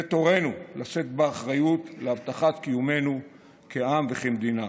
זה תורנו לשאת באחריות להבטחת קיומנו כעם וכמדינה.